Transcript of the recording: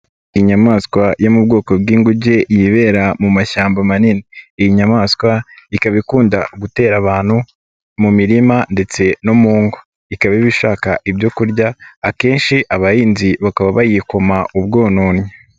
Inyamaswa yo mu bwoko bw'inguge yibera mu mashyamba manini, iyi nyamaswa ikaba ikunda gutera abantu mu mirima ndetse no mu ngo, ikaba iba ishaka ibyo kurya, akenshi abahinzi bakaba bayikoma ubwononnyi.